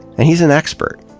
and he's an expert.